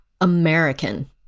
American